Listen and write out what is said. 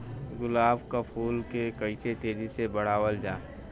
गुलाब क फूल के कइसे तेजी से बढ़ावल जा?